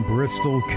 Bristol